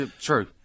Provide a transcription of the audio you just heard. True